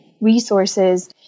resources